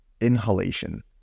inhalation